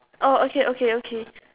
oh okay okay okay